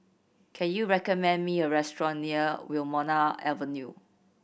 can you recommend me a restaurant near Wilmonar Avenue